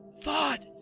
thought